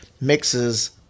mixes